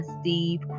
Steve